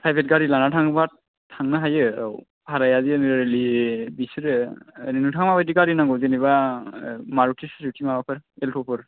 private गारि लाना थाङोबा थांनो हायो औ भाराया जेनेरेलि बिसोरो ओरैनोथ' इदि गारि नांगौ जेनेबा मारुति सुजुकि माबाफोर एल्ट'फोर